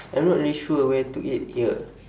I'm not really sure where to eat here